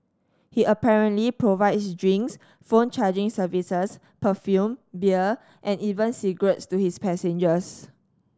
he apparently provides drinks phone charging services perfume beer and even cigarettes to his passengers